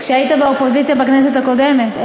כשהיית באופוזיציה בכנסת הקודמת.